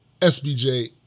SBJ